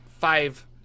five